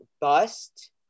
bust